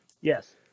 Yes